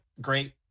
great